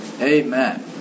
Amen